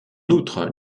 outre